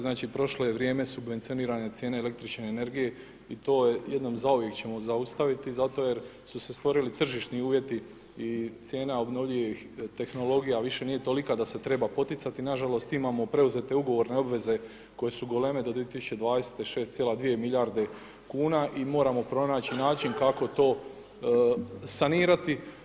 Znači prošlo je vrijeme subvencionirane cijene električne energije i to jednom zauvijek ćemo zaustaviti zato jer su se stvorili tržišni uvjeti i cijena obnovljivih tehnologija više nije tolika da se trebaju poticati nažalost, imamo preuzete ugovorne obaveze koje su goleme do 2020.-te 6,2 milijarde kuna i moramo pronaći način kako to sanirati.